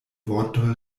vortoj